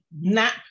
nap